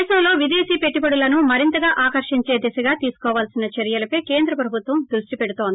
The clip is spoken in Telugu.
దేశంలో విదేశీ పెట్టుబడులను మరింతగా ఆకర్షించే దిశగా తీసుకోవలసిన చర్యలపై కేంద్ర ప్రభుత్వం దృష్టి పెడుతోంది